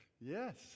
Yes